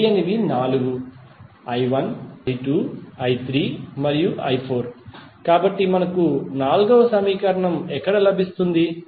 తెలియనివి నాలుగు i1 i2 i3 మరియు i4 కాబట్టి మనకు నాల్గవ సమీకరణం ఎక్కడ లభిస్తుంది